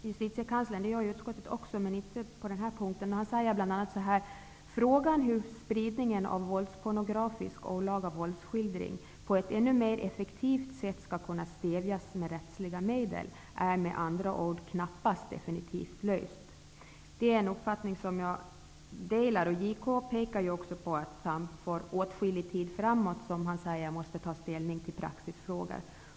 Justitiekanslern säger att frågan om hur spridning av våldspornografisk olaga våldsskildring på ett ännu mera effektivt sätt skall kunna stävjas med rättsliga medel knappast är definitivt löst. Jag delar den uppfattningen. JK påpekar att han för åtskillig tid framåt måste ta ställning till frågor om praxis.